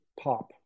pop